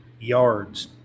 yards